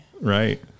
Right